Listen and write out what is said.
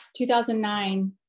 2009